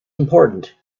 important